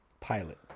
pilot